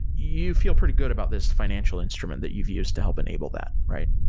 you feel pretty good about this financial instrument that you've used to help enable that, right?